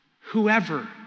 Whoever